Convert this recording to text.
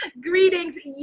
Greetings